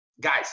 Guys